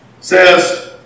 says